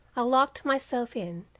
i locked myself in,